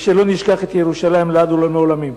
ושלא נשכח את ירושלים לעד ולעולמי עולמים.